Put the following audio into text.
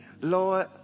Lord